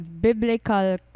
biblical